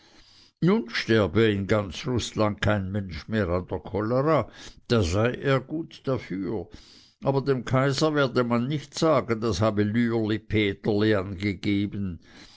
nun sterbe in ganz rußland kein mensch mehr an der cholera da sei er gut dafür aber dem kaiser werde man nicht sagen das habe lürlipeterli angegeben